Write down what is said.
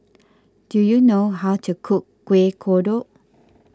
do you know how to cook Kuih Kodok